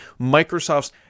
Microsoft's